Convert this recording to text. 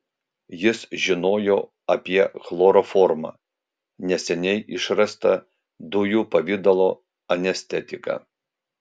jis žinojo apie chloroformą neseniai išrastą dujų pavidalo anestetiką